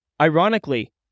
Ironically